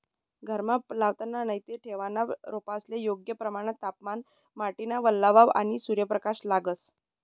घरमा लावाना नैते ठेवना रोपेस्ले योग्य प्रमाणमा तापमान, माटीना वल्लावा, आणि सूर्यप्रकाश लागस